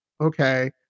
Okay